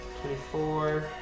twenty-four